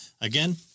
again